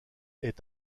est